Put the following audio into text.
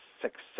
success